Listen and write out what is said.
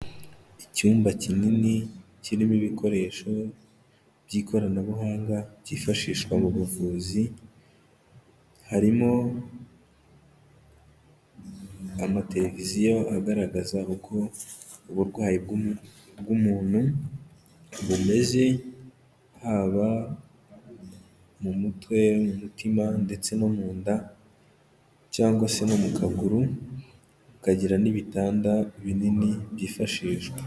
Icyumba kinini kirimo ibikoresho by'ikoranabuhanga byifashishwa mu buvuzi, harimo ama televiziyo agaragaza uko uburwayi bw'umuntu bumeze, haba mu mutwe, mu mutima, ndetse no mu nda, cyangwa se no mu kaguru, bakagira n'ibitanda binini byifashishwa.